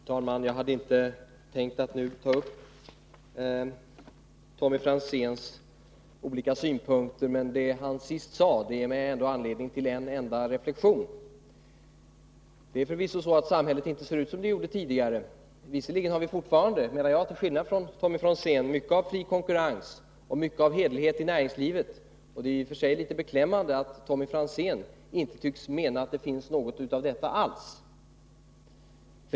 Fru talman! Jag hade inte tänkt att nu ta upp Tommy Franzéns olika synpunkter, men det han senast sade ger mig ändå anledning till en enda reflektion. Det är för förvisso så att samhället inte ser ut som det gjorde tidigare. Visserligen har vi fortfarande, menar jag till skillnad från Tommy Franzén, mycket av fri konkurrens och mycket av hederlighet i näringslivet. Det är i och för sig litet beklämmande att Tommy Franzén tycks mena att det inte finns något alls av detta.